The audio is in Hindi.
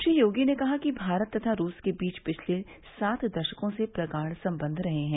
श्री योगी ने कहा कि भारत तथा रूस के बीच पिछले सात दशकों से प्रगाढ़ संबंध रहे हैं